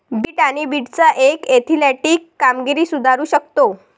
bit आणि बीटचा रस ऍथलेटिक कामगिरी सुधारू शकतो